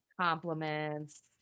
compliments